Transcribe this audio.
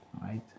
Right